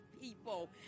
people